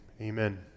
amen